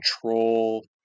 control